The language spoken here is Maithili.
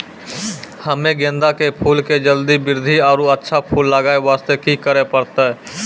हम्मे गेंदा के फूल के जल्दी बृद्धि आरु अच्छा फूल लगय वास्ते की करे परतै?